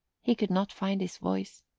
he could not find his voice,